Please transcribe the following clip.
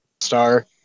star